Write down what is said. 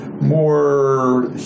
more